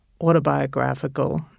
autobiographical